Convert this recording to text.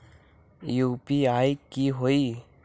UPI की होई?